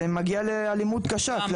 זה מגיע לאלימות קשה.